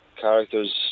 characters